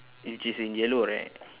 which is in yellow right